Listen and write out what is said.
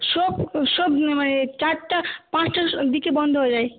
shop shop মানে চারটা পাঁচটা স্ দিকে বন্ধ হয়ে যায়